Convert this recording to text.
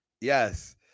Yes